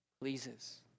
pleases